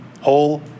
Whole